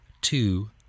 two